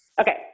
Okay